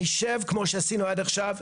נשב כמו שעשינו עד עכשיו,